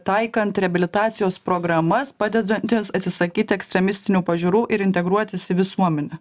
taikant reabilitacijos programas padedančias atsisakyti ekstremistinių pažiūrų ir integruotis į visuomenę